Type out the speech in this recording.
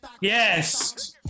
Yes